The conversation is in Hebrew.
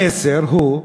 המסר הוא: